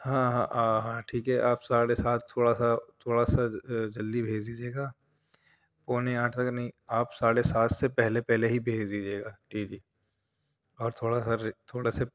ہاں ہاں آ ہاں ٹھیک ہے آپ ساڑھے سات تھوڑا سا تھوڑا سا جلدی بھیج دیجیے گا پونے آٹھ تک نہیں آپ ساڑھے سات سے پہلے پہلے ہی بھیج دیجیے گا اور تھوڑا سر تھوڑے سے